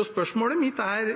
Spørsmålet mitt er,